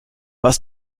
was